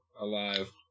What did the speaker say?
alive